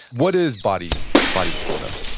what is body body schema?